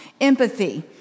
empathy